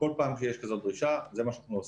בכל פעם שיש כזו דרישה זה מה שאנחנו עושים.